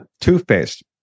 toothpaste